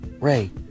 ray